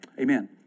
Amen